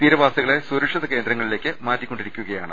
തീരവാസികളെ സുരക്ഷിത കേന്ദ്രങ്ങളിലേയ്ക്ക് മാറ്റിക്കൊണ്ടിരിക്കുകയാണ്